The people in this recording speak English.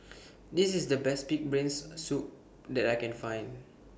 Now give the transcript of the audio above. This IS The Best Pig'S Brain Soup that I Can Find